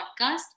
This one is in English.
podcast